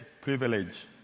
privilege